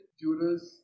jurors